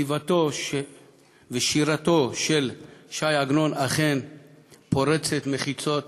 כתיבתו ושירתו של ש"י עגנון אכן פורצות מחיצות,